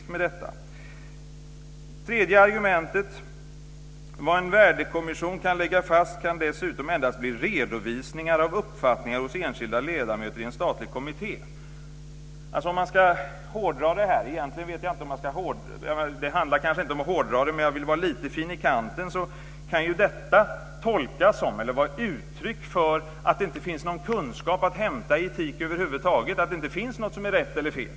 Så till det tredje argumentet: "Vad en värdekommission kan lägga fast kan dessutom endast bli redovisningar av uppfattningar hos enskilda ledamöter i en statlig kommitté." För att hårdra det, egentligen handlar det kanske inte om att hårdra men jag vill vara lite fin i kanten, så kan ju detta tolkas som, eller vara ett uttryck för, att det inte finns någon kunskap att hämta i etik över huvud taget, att det inte finns något som är rätt eller fel.